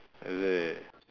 is it